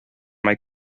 mae